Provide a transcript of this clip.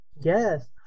Yes